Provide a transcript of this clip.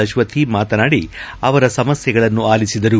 ಅಕ್ಷೂ ಮಾತನಾಡಿ ಅವರ ಸಮಸ್ಥೆಗಳನ್ನು ಆಲಿಸಿದರು